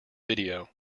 video